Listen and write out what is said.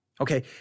Okay